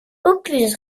opus